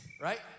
right